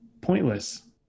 pointless